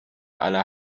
aller